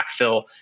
backfill